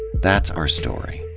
that's our story,